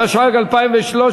התשע"ג 2013,